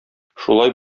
шулай